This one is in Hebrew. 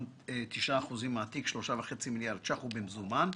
9% מהתיק 3.5 מיליארד ₪ הוא במזומן,